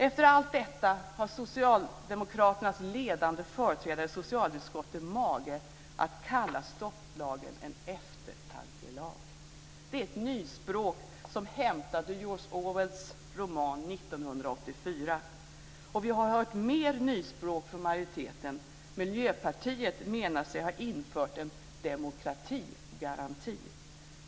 Efter allt detta har socialdemokraternas ledande företrädare i socialutskottet mage att kalla stopplagen en eftertankelag. Det är nyspråk som hämtat ut George Orwells roman 1984. Vi har hört mer nyspråk från majoriteten. Miljöpartiet menar sig ha infört en "demokratigaranti".